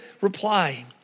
reply